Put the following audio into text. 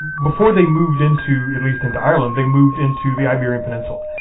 before they moved into, at least into ireland, they moved into the iberian peninsula.